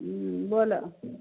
हूँ बोलऽ